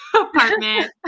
apartment